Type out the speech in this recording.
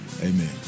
amen